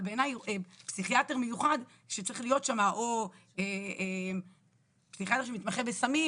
אבל בעיניי פסיכיאטר מיוחד שצריך להיות שם או פסיכיאטר שמתמחה בסמים,